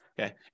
okay